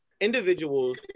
Individuals